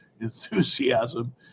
enthusiasm